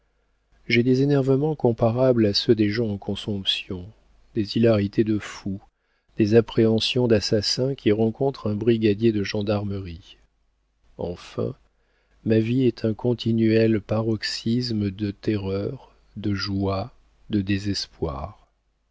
j'ai des énervements comparables à ceux des gens en consomption des hilarités de fou des appréhensions d'assassin qui rencontre un brigadier de gendarmerie enfin ma vie est un continuel paroxysme de terreurs de joies de désespoirs